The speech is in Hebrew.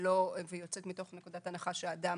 והיא יוצאת מנקודת הנחה שהאדם